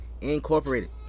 Incorporated